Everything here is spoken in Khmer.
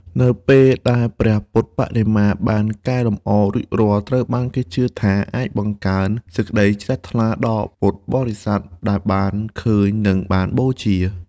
នៅពេលដែលព្រះពុទ្ធបដិមាបានកែលម្អរួចរាល់ ត្រូវបានគេជឿថាអាចបង្កើនសេចក្តីជ្រះថ្លា ដល់ពុទ្ធបរិស័ទដែលបានឃើញ និងបានបូជា។